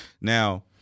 Now